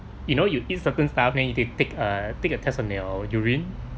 you know you eat certain stuff and they take a take a test on your urine